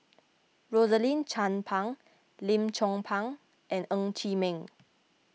Rosaline Chan Pang Lim Chong Pang and Ng Chee Meng